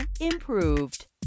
improved